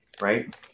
right